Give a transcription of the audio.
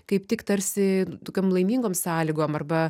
kaip tik tarsi tokiam laimingom sąlygom arba